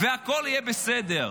והכול יהיה בסדר.